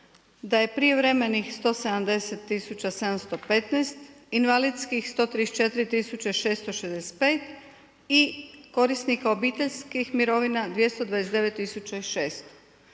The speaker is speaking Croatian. da je prijevremenih 170 tisuća 715, invalidskih 134 tisuće 665 i korisnika obiteljskih mirovina 229